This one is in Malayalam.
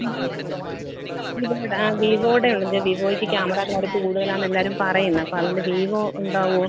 ആ വിവോയുടെ ഉണ്ടെങ്കിൽ വിവോയ്ക്ക് ക്യാമറ ക്ലാരിറ്റി കൂടുതൽ ആണെന്ന് എല്ലാവരും പറയുന്നു അപ്പോൾ അതുകൊണ്ട് വിവോ ഉണ്ടാവുമോ